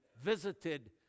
visited